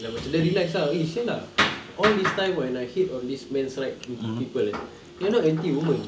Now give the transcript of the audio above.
like macam dia realise ah eh [sial] lah all this time when I hate on this men's right with people eh you're not anti women